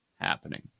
happening